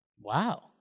Wow